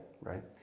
right